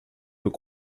peut